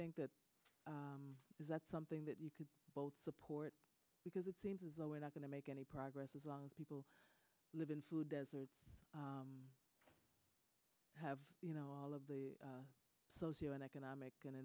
think that is that something that you could both support because it seems as though we're not going to make any progress as long as people live in food deserts have you know all of the socio economic